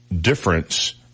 difference